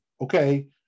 Okay